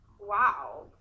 Wow